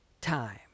time